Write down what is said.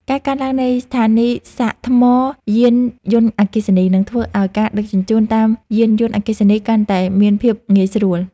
ការកើនឡើងនៃស្ថានីយសាកថ្មយានយន្តអគ្គិសនី នឹងធ្វើឱ្យការដឹកជញ្ជូនតាមយានយន្តអគ្គិសនីកាន់តែមានភាពងាយស្រួល។